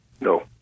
No